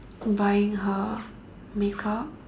buying her makeup